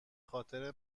خاطر